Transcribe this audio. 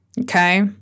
Okay